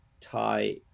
tie